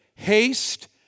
haste